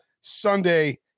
Sunday